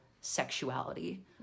sexuality